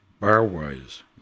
Barwise